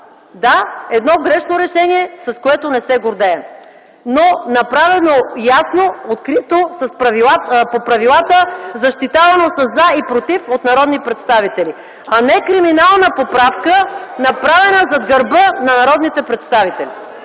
Да, едно грешно решение, с което не се гордеем, но направено ясно, открито, по правилата, защитавано със „за” и „против” от народни представители, а не криминална поправка, направена зад гърба на народните представители.